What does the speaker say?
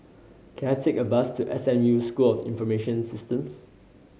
can I take a bus to S M U School of Information Systems